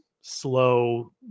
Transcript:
slow